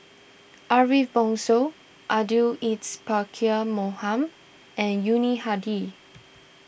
Ariff Bongso Abdul Aziz Pakkeer Mohamed and Yuni Hadi